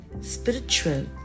spiritual